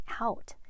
out